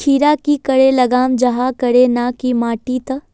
खीरा की करे लगाम जाहाँ करे ना की माटी त?